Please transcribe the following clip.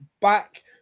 back